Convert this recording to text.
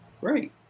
Great